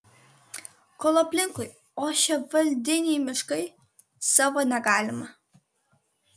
kol aplinkui ošia valdiniai miškai savo negalima